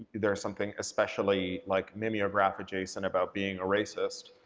there's something especially like mimeograph adjacent about being a racist,